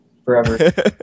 Forever